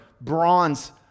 bronze